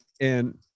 And-